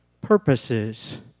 purposes